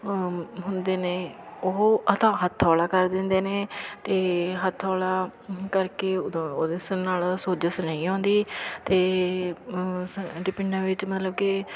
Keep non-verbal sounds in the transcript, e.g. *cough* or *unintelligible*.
ਹੁੰਦੇ ਨੇ ਉਹ ਉਹਦਾ ਹਥੋਲਾ ਕਰ ਦਿੰਦੇ ਨੇ ਅਤੇ ਹਥੋਲਾ *unintelligible* ਕਰਕੇ ਉਹਦਾ ਉਹਦੇ ਸ ਨਾਲ ਸੋਜਸ ਨਹੀਂ ਆਉਂਦੀ ਅਤੇ ਸਾਡੇ ਪਿੰਡਾਂ ਵਿੱਚ ਮਤਲਬ ਕਿ